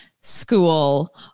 school